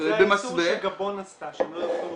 במסווה --- זה האיסור שגבון עשתה שהם לא יוכלו